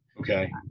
Okay